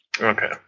okay